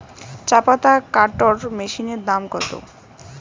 চাপাতা কাটর মেশিনের দাম কত?